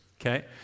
okay